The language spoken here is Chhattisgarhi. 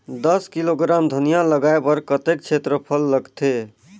दस किलोग्राम धनिया लगाय बर कतेक क्षेत्रफल लगथे?